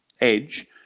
edge